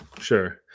sure